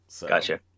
Gotcha